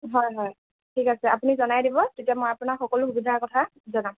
হয় হয় ঠিক আছে আপুনি জনাই দিব তেতিয়া মই আপোনাক সকলো সুবিধাৰ কথা জনাম